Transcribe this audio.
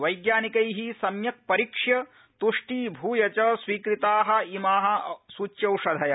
वैज्ञानिकै सम्यक् परीक्ष्य तुष्टी भूय च स्वीकृता इमा सूच्यौषधय